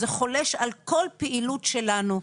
זה חולש על כל פעילות שלנו.